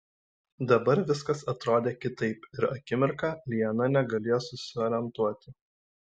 dabar viskas atrodė kitaip ir akimirką liana negalėjo susiorientuoti